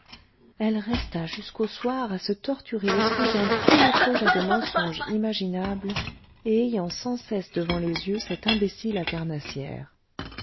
elle resta jusqu'au soir à se torturer l'esprit dans tous les projets de mensonges imaginables et ayant sans cesse devant les yeux cet imbécile à carnassière